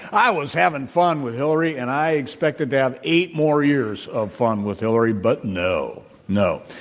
i was having fun with hillary, and i expected to have eight more years of fun with hillary, but no. no.